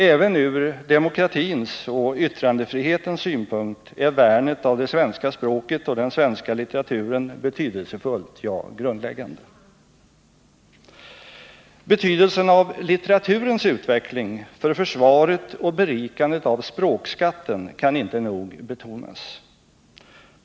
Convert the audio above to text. Även ur demokratins och yttrandefrihetens synpunkt är värnet av det svenska språket och den svenska litteraturen betydelsefullt, ja, grundläggande. Betydelsen av litteraturens utveckling för försvaret och berikandet av språkskatten kan inte nog betonas.